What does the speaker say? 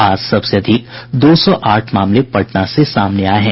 आज सबसे अधिक दो सौ आठ मामले पटना से सामने आये हैं